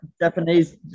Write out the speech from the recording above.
Japanese